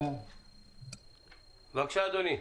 בבקשה אדוני.